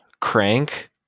crank